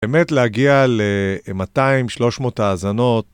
באמת להגיע ל-200-300 האזנות.